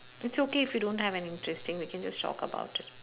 it's okay if you don't have any interesting we can just talk about it